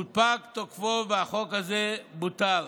פג תוקפו והחוק הזה בוטל.